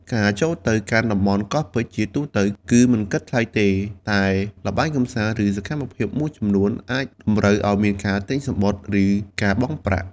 ការចូលទៅកាន់តំបន់កោះពេជ្រជាទូទៅគឺ មិនគិតថ្លៃទេ តែល្បែងកម្សាន្ត ឬសកម្មភាពមួយចំនួនអាចតម្រូវឱ្យមានការទិញសំបុត្រ ឬការបង់ប្រាក់។